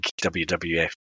WWF